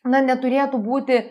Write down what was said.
na neturėtų būti